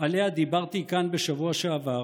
שעליה דיברתי כאן בשבוע שעבר,